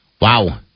Wow